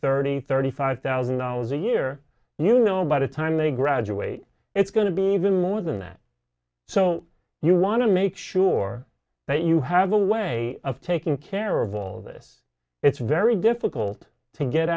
thirty thirty five thousand dollars a year and you know by the time they graduate it's going to be even more than that so you want to make sure that you have a way of taking care of all this it's very difficult to get